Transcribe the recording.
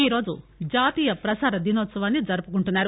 ఈరోజు జాతీయ ప్రసార దినోత్సవాన్ని జరుపుకుంటున్నారు